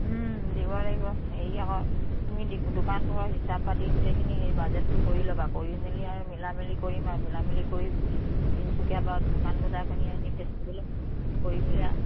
দিব লাগিব হেৰি আকৌ তুমি দোকান পোহৰ হিচাপ পাতি গোটেইখিনি সেই বাজেটটো কৰি ল'বা কৰি মেলি আৰু মিলা মিলি কৰিম আৰু মিলা মিলি কৰি তিনিচুকীয়াৰ পৰা দোকান বজাৰ কৰি আনি ফেষ্টিভেলত কৰি মেলি